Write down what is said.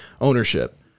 ownership